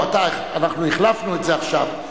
אנחנו החלפנו את זה עכשיו.